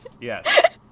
Yes